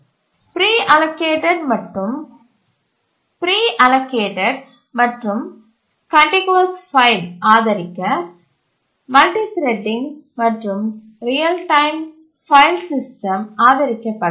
pre allocated மற்றும் contiguous file ஆதரிக்க multithreading மற்றும் ரியல் டைம் ஃபைல் சிஸ்டம் ஆதரிக்கப்பட வேண்டும்